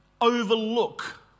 overlook